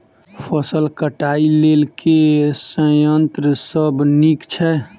फसल कटाई लेल केँ संयंत्र सब नीक छै?